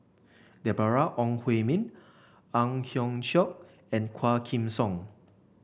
Deborah Ong Hui Min Ang Hiong Chiok and Quah Kim Song